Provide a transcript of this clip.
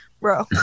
bro